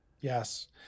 Yes